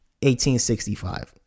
1865